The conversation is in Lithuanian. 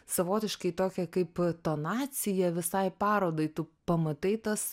savotiškai tokią kaip tonaciją visai parodai tu pamatai tas